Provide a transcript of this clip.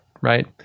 right